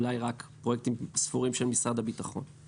אולי רק פרויקטים ספורים של משרד הביטחון.